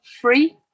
free